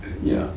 ya